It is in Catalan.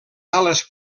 ales